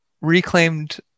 reclaimed